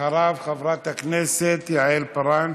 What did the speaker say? אחריו, חברת הכנסת יעל פארן.